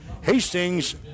Hastings